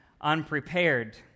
unprepared